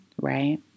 right